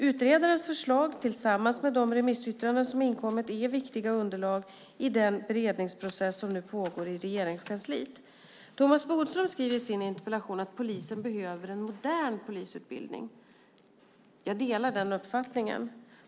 Utredarens förslag tillsammans med de remissyttranden som inkommit är viktiga underlag i den beredningsprocess som nu pågår inom Regeringskansliet. Thomas Bodström skriver i sin interpellation att polisen behöver en modern utbildning. Jag delar den uppfattningen.